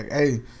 Hey